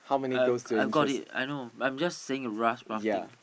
I I've got it I know but I'm just saying